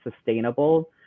sustainable